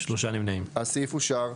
הצבעה בעד 4 נמנעים 3 אושר.